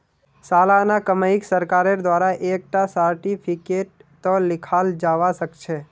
सालाना कमाईक सरकारेर द्वारा एक टा सार्टिफिकेटतों लिखाल जावा सखछे